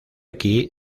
aquí